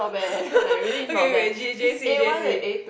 okay wait J j_c j_c